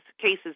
cases